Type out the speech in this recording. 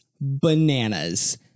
bananas